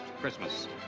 Christmas